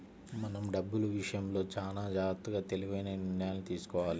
మనం డబ్బులు విషయంలో చానా జాగర్తగా తెలివైన నిర్ణయాలను తీసుకోవాలి